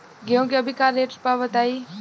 गेहूं के अभी का रेट बा बताई?